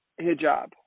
Hijab